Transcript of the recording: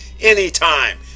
anytime